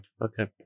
Okay